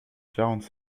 quarante